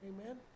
Amen